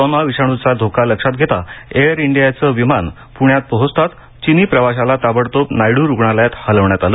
corona विषाणूचा धोका लक्षात घेता एअर इंडियाचे विमान पुण्यात पोहचताच चिनी प्रवाशांला ताबडतोब नायडू रुग्णालयात हलवण्यात आले